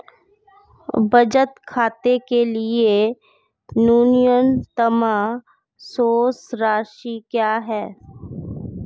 बचत खाते के लिए न्यूनतम शेष राशि क्या है?